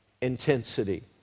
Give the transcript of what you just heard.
intensity